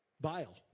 bile